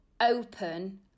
open